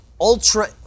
ultra